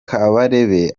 kabarebe